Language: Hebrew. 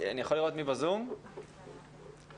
מתנצלים על האיחור.